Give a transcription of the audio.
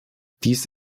dies